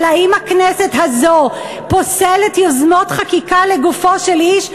אבל האם הכנסת הזאת פוסלת יוזמות חקיקה לגופו של איש,